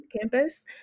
campus